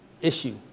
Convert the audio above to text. issue